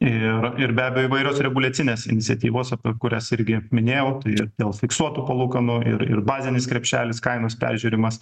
ir ir be abejo įvairios reguliacinės iniciatyvos apie kurias irgi minėjau tai ir dėl fiksuotų palūkanų ir ir bazinis krepšelis kainos peržiūrimas